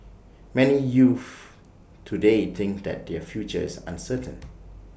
many youths today think that their futures uncertain